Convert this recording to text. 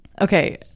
okay